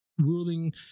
Ruling